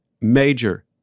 major